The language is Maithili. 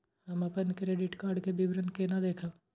हम अपन क्रेडिट कार्ड के विवरण केना देखब?